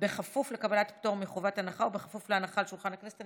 בכפוף לקבלת פטור מחובת הנחה ובכפוף להנחה על שולחן הכנסת,